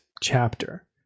chapter